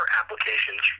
applications